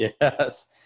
Yes